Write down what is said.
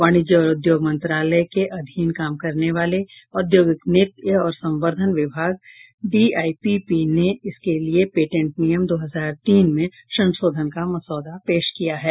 वाणिज्य और उद्योग मंत्रालय के अधीन काम करने वाले औद्योगिक नीति और संवर्द्वन विभाग डीआईपीपी ने इसके लिये पेटेंट नियम दो हजार तीन में संशोधन का मसौदा पेश किया है